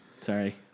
Sorry